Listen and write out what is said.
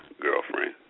girlfriend